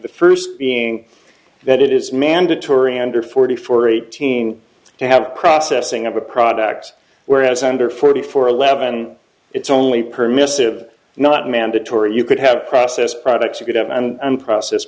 the first being that it is mandatory under forty four eighteen to have processing of a product whereas under forty four eleven it's only permissive not mandatory you could have a process products you could have and process